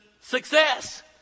success